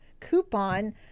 coupon